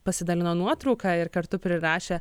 pasidalino nuotrauka ir kartu prirašė